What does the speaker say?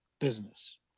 business